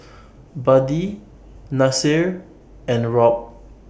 Buddy Nasir and Robt